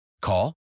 Call